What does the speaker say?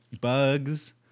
bugs